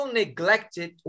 neglected